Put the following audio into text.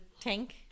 tank